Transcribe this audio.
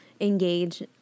engage